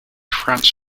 france